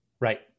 Right